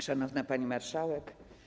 Szanowna Pani Marszałek!